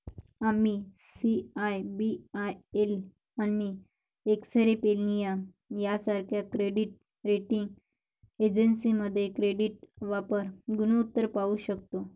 आम्ही सी.आय.बी.आय.एल आणि एक्सपेरियन सारख्या क्रेडिट रेटिंग एजन्सीमध्ये क्रेडिट वापर गुणोत्तर पाहू शकतो